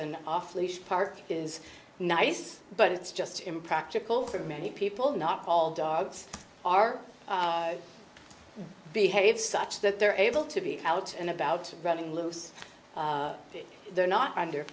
an off leash part is nice but it's just impractical for many people not all dogs are behaves such that they're able to be out and about running loose they're not under